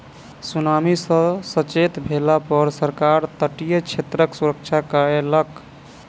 tsunami सॅ सचेत भेला पर सरकार तटीय क्षेत्रक सुरक्षा कयलक